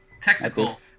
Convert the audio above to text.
Technical